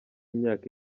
imyaka